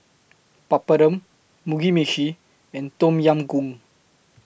Papadum Mugi Meshi and Tom Yam Goong